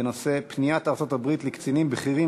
בנושא: פניית ארצות-הברית לקצינים בכירים